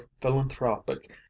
philanthropic